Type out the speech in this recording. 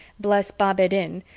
bless bab-ed-din,